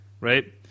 right